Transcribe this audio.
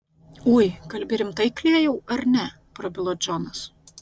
ui kalbi rimtai klėjau ar ne prabilo džonas